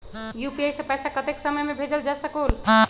UPI से पैसा कतेक समय मे भेजल जा स्कूल?